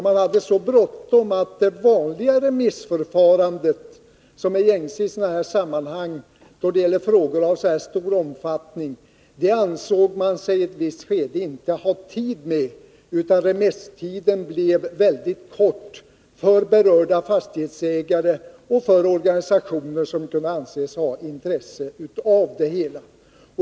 Man hade så bråttom att man i ett visst skede inte ansåg sig ha tid med det remissförfarande som är gängse i sådana här sammanhang -— då det gäller frågor av så stor omfattning. Remisstiden blev därför mycket kort för berörda fastighetsägare och organisationer, som kunde anses ha intresse av det hela.